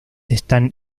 están